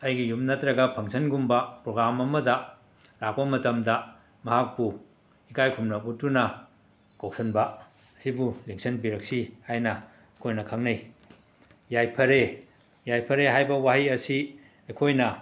ꯑꯩꯒꯤ ꯌꯨꯝ ꯅꯠꯇ꯭ꯔꯒ ꯐꯪꯁꯟꯒꯨꯝꯕ ꯄ꯭ꯔꯣꯒꯥꯝ ꯑꯃꯗ ꯂꯥꯛꯄ ꯃꯇꯝꯗ ꯃꯍꯥꯛꯄꯨ ꯏꯀꯥꯏꯈꯨꯝꯅꯕ ꯎꯠꯇꯨꯅ ꯀꯧꯁꯤꯟꯕ ꯑꯁꯤꯕꯨ ꯂꯦꯡꯁꯤꯟꯕꯤꯔꯛꯁꯤ ꯍꯥꯏꯅ ꯑꯩꯈꯣꯏꯅ ꯈꯪꯅꯩ ꯌꯥꯏꯐꯔꯦ ꯌꯥꯏꯐꯔꯦ ꯍꯥꯏꯕ ꯋꯥꯍꯩ ꯑꯁꯤ ꯑꯩꯈꯣꯏꯅ